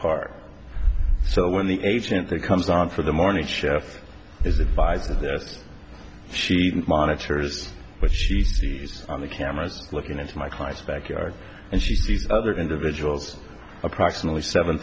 part so when the agent that comes on for the morning shift is advised of this she monitors what she sees on the cameras looking into my client's backyard and she sees other individuals approximately seven